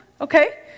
okay